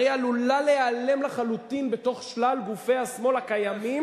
הרי היא עלולה להיעלם לחלוטין בתוך שלל גופי השמאל הקיימים,